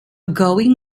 going